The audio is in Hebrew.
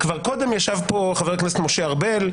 כבר קודם ישב פה חבר הכנסת ארבל,